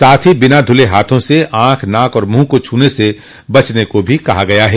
साथ ही बिना धुले हाथों से आंख नाक और मुंह को छूने से बचने को भी कहा गया है